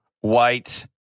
white